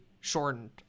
shortened